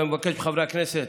אני מבקש מחברי הכנסת